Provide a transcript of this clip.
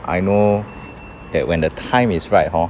I know that when the time is right hor